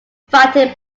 fighting